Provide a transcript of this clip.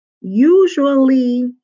usually